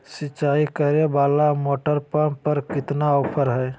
सिंचाई करे वाला मोटर पंप पर कितना ऑफर हाय?